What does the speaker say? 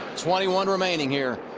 twenty one remaining here.